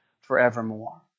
forevermore